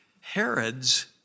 Herod's